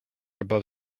above